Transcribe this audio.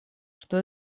что